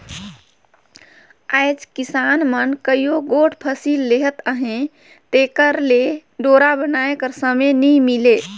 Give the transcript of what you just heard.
आएज किसान मन कइयो गोट फसिल लेहत अहे तेकर ले डोरा बनाए कर समे नी मिले